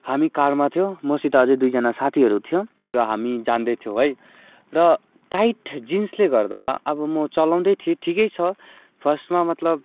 हामी कारमा थियो मसित अझै दुईजना साथीहरू थियो र हामी जाँदैथ्यौँ है र टाइट जिन्सले गर्दा अब म चलाउँदै थिएँ ठिकै छ फर्स्टमा मतलब